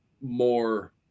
more